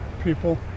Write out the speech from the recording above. people